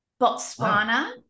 Botswana